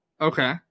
Okay